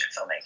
filmmaking